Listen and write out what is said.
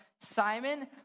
Simon